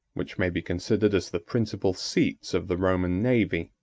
which may be considered as the principal seats of the roman navy,